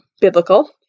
biblical